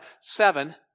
Seven